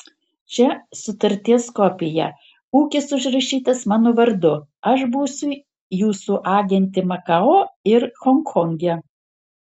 čia sutarties kopija ūkis užrašytas mano vardu aš būsiu jūsų agentė makao ir honkonge